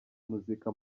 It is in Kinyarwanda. muzika